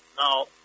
now